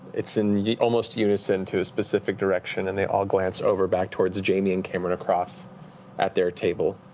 it's in almost unison to a specific direction, and they all glance over back towards jamie and cameron across at their table.